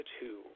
two